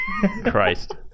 Christ